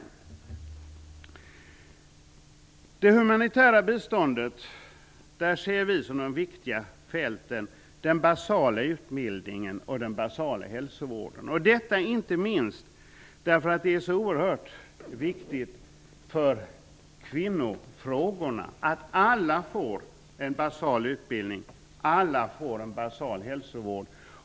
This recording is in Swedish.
I det humanitära biståndet ser vi Moderater den basala utbildningen och den basala hälsovården som de viktiga fälten, inte minst därför att det är så oerhört viktigt för kvinnofrågorna att alla får ta del av detta.